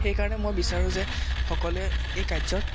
সেইকাৰণে মই বিচাৰোঁ যে সকলোৱে এই কাৰ্যত